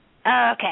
Okay